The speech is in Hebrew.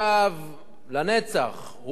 לנצח הוא נקרא "עולה"